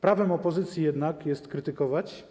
Prawem opozycji jednak jest krytykować,